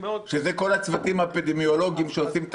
שזה כל הצוותים האפידמיולוגים שעושים את